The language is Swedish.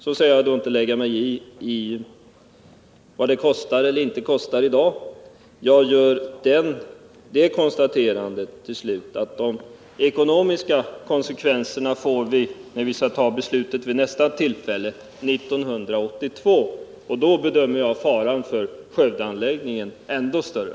Jag skall inte i dag lägga mig i vad det kostar eller inte kostar, men jag gör det konstaterandet att vi får ta hänsyn till de ekonomiska konsekvenserna när vi skall fatta beslutet vid nästa tillfälle, dvs. 1982. Jag bedömer det så att faran för Skövdeanläggningen då är ännu större.